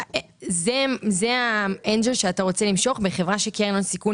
זה האנג'ל שאתה רוצה למשוך בחברה שקרן הון סיכון